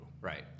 Right